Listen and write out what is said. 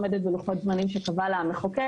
עומדת בלוחות הזמנים שקבע לה המחוקק